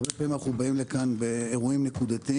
הרבה פעמים אנחנו באים לכאן באירועים נקודתיים,